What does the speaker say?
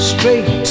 Straight